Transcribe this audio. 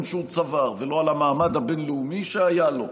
שהוא צבר ועל המעמד הבין-לאומי שהיה לו,